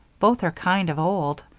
both are kind of old,